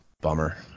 Bummer